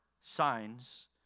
signs